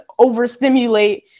overstimulate